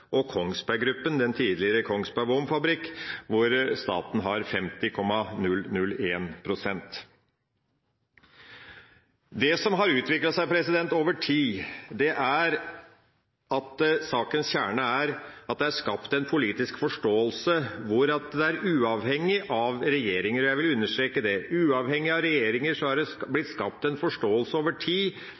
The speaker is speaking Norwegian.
og Kongsberg Gruppen – den tidligere Kongsberg Våpenfabrikk – hvor staten eier 50,001 pst. Det som har utviklet seg over tid, og som er sakens kjerne, er at det er blitt skapt en politisk forståelse, uavhengig av regjeringer – jeg vil understreke det – av